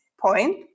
Point